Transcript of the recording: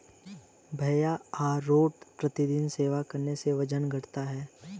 भैया अरारोट प्रतिदिन सेवन करने से वजन घटता है